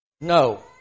No